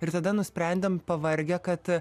ir tada nusprendėm pavargę kad